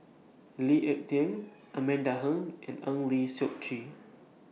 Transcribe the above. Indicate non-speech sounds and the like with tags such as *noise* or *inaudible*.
Lee Ek Tieng *noise* Amanda Heng and Eng Lee *noise* Seok Chee